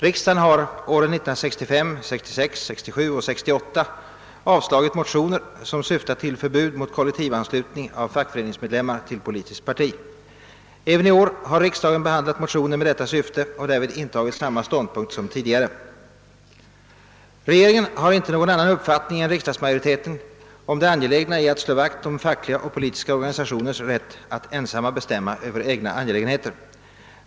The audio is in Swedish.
Riksdagen har åren 1965, 1966, 1967 och 1968 avslagit motioner som syftat till förbud mot kollektivanslutning av fackföreningsmedlemmar till politiskt parti. även i år har riksdagen behandlat motioner med detta syfte och därvid intagit samma ståndpunkt som tidigare. Regeringen har inte någon annan uppfattning än riksdagsmajoriteten om det angelägna i att slå vakt om fackliga och politiska organisationers rätt att ensamma bestämma över egna angelägenheter.